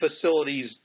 facilities